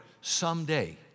someday